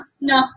No